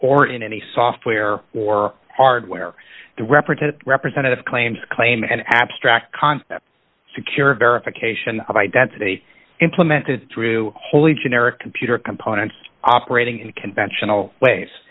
or in any software or hardware to represent a representative claims claim an abstract concept secure verification of identity implemented through wholly generic computer components operating in conventional ways